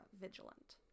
vigilant